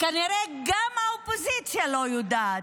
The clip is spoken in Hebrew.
כנראה גם האופוזיציה לא יודעת.